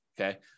okay